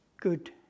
good